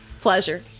Pleasure